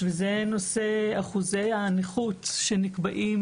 לנושא אחוזי הנכות שנקבעים